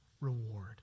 reward